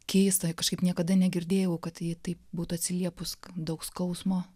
keista kažkaip niekada negirdėjau kad ji taip būtų atsiliepus daug skausmo